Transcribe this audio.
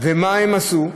מה הם עשו?